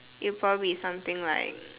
it probably be something like